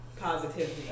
positivity